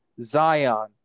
Zion